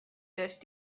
just